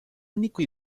único